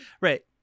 right